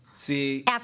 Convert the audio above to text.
See